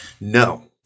No